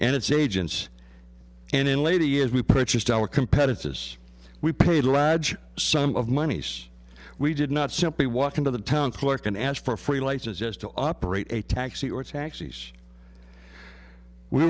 and its agents and in later years we purchased our competitors we paid lads some of moneys we did not simply walk into the town clerk and ask for a free license just to operate a taxi or taxis we